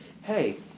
hey